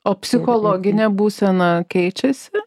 o psichologinė būsena keičiasi